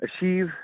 achieve